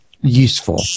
useful